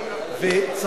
זה לא ראוי,